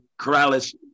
Corrales